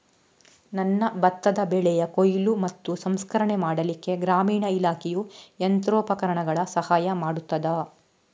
ನನ್ನ ಭತ್ತದ ಬೆಳೆಯ ಕೊಯ್ಲು ಮತ್ತು ಸಂಸ್ಕರಣೆ ಮಾಡಲಿಕ್ಕೆ ಗ್ರಾಮೀಣ ಇಲಾಖೆಯು ಯಂತ್ರೋಪಕರಣಗಳ ಸಹಾಯ ಮಾಡುತ್ತದಾ?